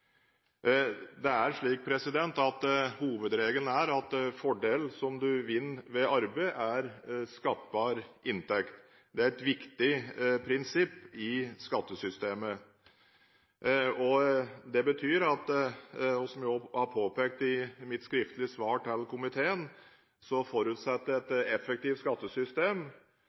er at fordelen du vinner ved arbeid, er skattbar inntekt. Dette er et viktig prinsipp i skattesystemet. Det betyr – som jeg også har påpekt i mitt skriftlige svar til komiteen – at et effektivt skattesystem